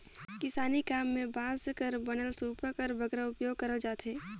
किसानी काम मे बांस कर बनल सूपा कर बगरा उपियोग करल जाथे